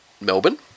Melbourne